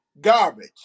garbage